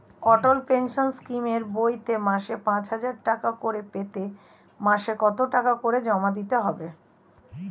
অটল pension স্কিমের বইতে মাসে পাঁচ হাজার টাকা করে পেতে মাসে কত টাকা করে জমা দিতে হবে?